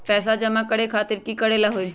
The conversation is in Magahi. पैसा जमा करे खातीर की करेला होई?